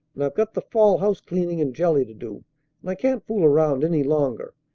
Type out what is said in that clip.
and i've got the fall house-cleaning and jelly to do, and i can't fool around any longer.